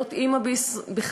להיות אימא בכלל,